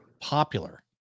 popular